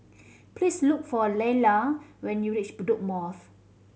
please look for Laila when you reach Bedok North